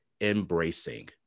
embracing